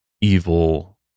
evil